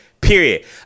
period